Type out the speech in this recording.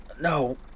No